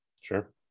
Sure